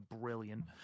brilliant